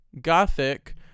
gothic